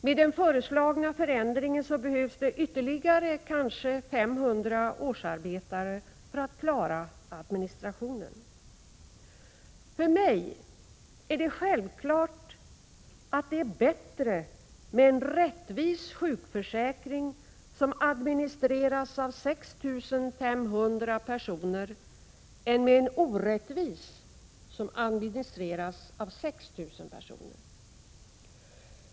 Med den föreslagna förändringen behövs det ytterligare kanske 500 årsarbetare för att klara administrationen. För mig är det självklart att det är bättre med en rättvis sjukförsäkring, som administreras av 6 500 personer, än med en orättvis, som administreras av 6 000 personer.